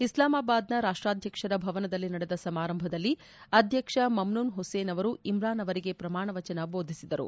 ಇಸ್ಲಾಮಬಾದ್ನ ರಾಷ್ವಾಧ್ಯಕ್ಷರ ಭವನದಲ್ಲಿ ನಡೆದ ಸಮಾರಂಭದಲ್ಲಿ ಅಧ್ಲಕ್ಷ ಮಮ್ಯೂನ್ ಹುಸೇನ್ ಅವರು ಇಮ್ರನ್ ಅವರಿಗೆ ಪ್ರಮಾಣವಚನ ಬೋದಿಸಿದರು